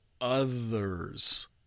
others